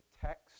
text